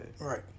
right